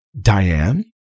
Diane